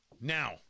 Now